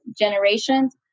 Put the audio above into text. generations